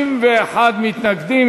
61 מתנגדים.